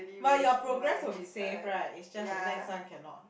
but your progress would be safe right is just the next one cannot